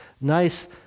nice